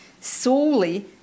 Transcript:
solely